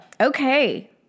Okay